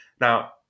Now